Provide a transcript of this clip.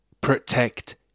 Protect